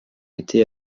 été